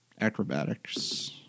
acrobatics